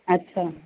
ਅੱਛਾ